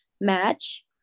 match